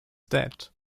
dead